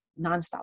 nonstop